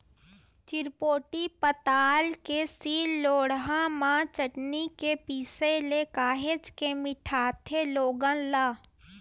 चिरपोटी पताल के सील लोड़हा म चटनी के पिसे ले काहेच के मिठाथे लोगन ला